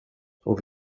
och